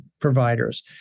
providers